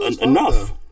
enough